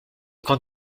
qu’en